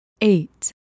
eight